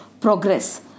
progress